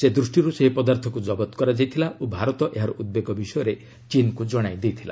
ସେ ଦୃଷ୍ଟିରୁ ସେହି ପଦାର୍ଥକୁ ଜବତ କରାଯାଇଥିଲା ଓ ଭାରତ ଏହାର ଉଦ୍ବେଗ ବିଷୟରେ ଚୀନ୍କୁ ଜଣାଇଥିଲା